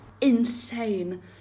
insane